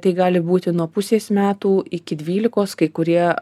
tai gali būti nuo pusės metų iki dvylikos kai kurie